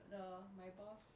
the my boss